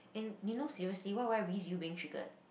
and you know seriously why would I risk you being triggered